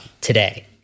today